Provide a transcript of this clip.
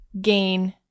gain